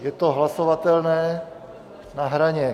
Je to hlasovatelné na hraně.